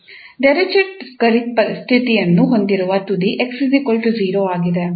Dirichlet ಗಡಿ ಸ್ಥಿತಿಯನ್ನು ಹೊಂದಿರುವ ತುದಿ 𝑥 0 ಆಗಿದೆ